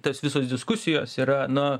tos visos diskusijos yra na